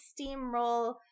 steamroll